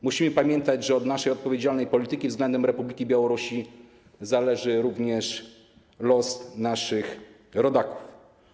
Musimy pamiętać, że od naszej odpowiedzialnej polityki względem Republiki Białorusi zależy również los naszych rodaków.